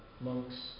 monks